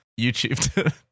YouTube